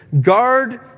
Guard